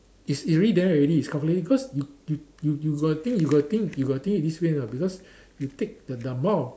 it's already there already it's calculate cause you you you you got to think you got to think you got to think it this way you know because you take the the amount of